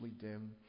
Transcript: dim